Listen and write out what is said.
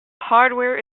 hardware